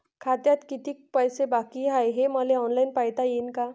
खात्यात कितीक पैसे बाकी हाय हे मले ऑनलाईन पायता येईन का?